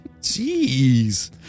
Jeez